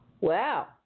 Wow